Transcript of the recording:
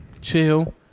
chill